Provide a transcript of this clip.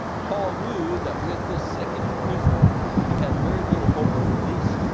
paul knew that with this second imprisonment he had very little hope of release.